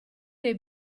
dei